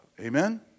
Amen